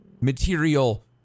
material